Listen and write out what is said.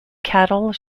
cattle